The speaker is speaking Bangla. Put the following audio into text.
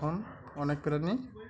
এখন অনেক করেণই